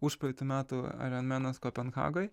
užpraeitų metų aironmenas kopenhagoj